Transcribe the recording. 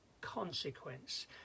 consequence